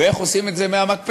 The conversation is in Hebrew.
ואיך עושים את זה מהמקפצה,